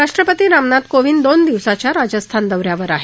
राष्ट्रपती रामनाथ कोविंद दोन दिवसांच्या राजस्थान दौऱ्यावर आहेत